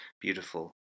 beautiful